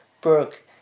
Brooke